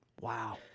Wow